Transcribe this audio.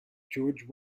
george